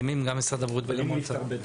משרד הבריאות וגם משרד האוצר מסכימים.